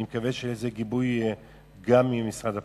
אני מקווה שיהיה גיבוי גם ממשרד הפנים.